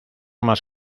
más